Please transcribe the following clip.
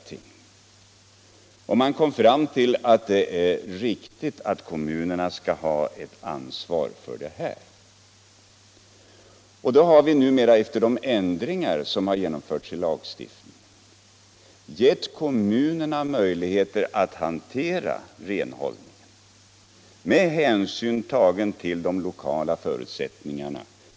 Vi kom då också fram till att det var riktigt att kommunerna hade ansvaret för renhållningen. Därför har vi nu, efter de ändringar som gjorts i lagstiftningen, givit kommunerna möjligheter att sköta renhållningen med hänsyn tagen till de lokala förutsättningarna.